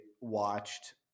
watched